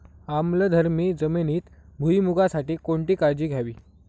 आम्लधर्मी जमिनीत भुईमूगासाठी कोणती काळजी घ्यावी?